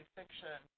fiction